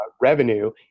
revenue